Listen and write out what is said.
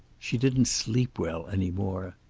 she didn't sleep well any more.